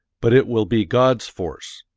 but it will be god's force.